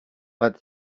but